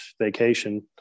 vacation